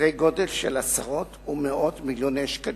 בסדרי-גודל של עשרות ומאות מיליוני שקלים,